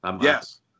Yes